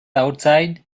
outside